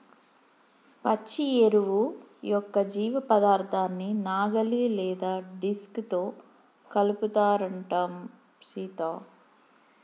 పచ్చి ఎరువు యొక్క జీవపదార్థాన్ని నాగలి లేదా డిస్క్ తో కలుపుతారంటం సీత